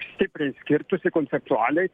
stipriai skirtųsi konceptualiai